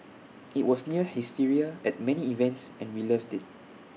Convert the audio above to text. IT was near hysteria at many events and we loved IT